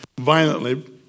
violently